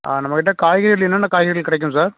நம்மக்கிட்ட காய்கறியில் என்னென்ன காய்கறிகள் கிடைக்கும் சார்